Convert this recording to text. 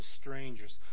strangers